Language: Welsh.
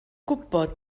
gwybod